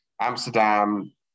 Amsterdam